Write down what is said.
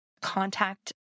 contact